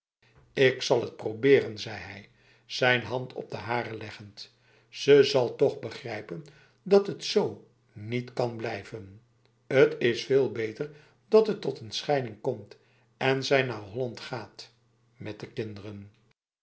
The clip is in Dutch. ik zal het proberen zei hij zijn hand op de hare leggend ze zal toch begrijpen dat het z niet kan blijven t is veel beter dat het tot een scheiding komt en zij naar holland gaat met de kinderen